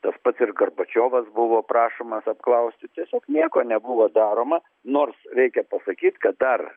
tas pats ir garbačiovas buvo prašomas apklausti tiesiog nieko nebuvo daroma nors reikia pasakyt kad dar